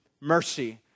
mercy